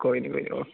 कोई नि कोई नि ओके